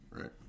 right